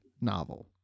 novel